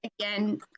again